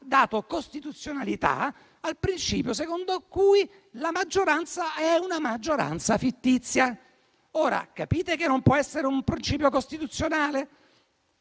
dato costituzionalità al principio secondo cui la maggioranza è fittizia. Capite che non può essere un principio costituzionale?